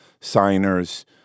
signers